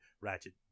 Ratchet